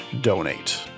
donate